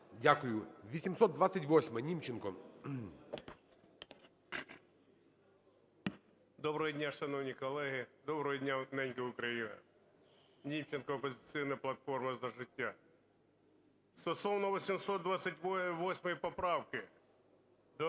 НІМЧЕНКО В.І. Доброго дня, шановні колеги! Доброго дня, ненька Україна! Німченко, "Опозиційна платформа – За життя". Стосовно 828 поправки до